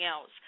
else